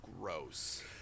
gross